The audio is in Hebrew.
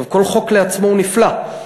כל חוק לעצמו הוא נפלא.